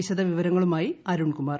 വിശദവിവരങ്ങളുമായി അരുൺകുമാർ